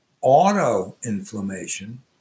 auto-inflammation